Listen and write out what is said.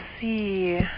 see